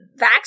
vax